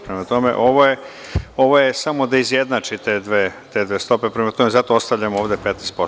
Prema tome, ovo je samo da izjednači te dve stope i zato ostavljamo ovde 15%